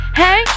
hey